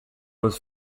was